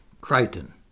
Crichton